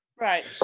Right